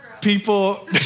People